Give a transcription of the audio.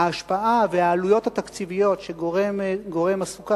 ההשפעה והעלויות התקציביות שגורם הסוכר,